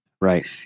Right